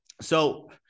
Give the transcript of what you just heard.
So-